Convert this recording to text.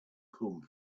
come